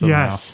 Yes